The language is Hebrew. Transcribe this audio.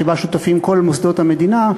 שבה שותפים כל מוסדות המדינה,